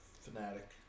Fanatic